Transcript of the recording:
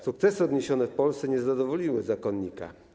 Sukcesy odniesione w Polsce nie zadowoliły zakonnika.